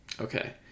Okay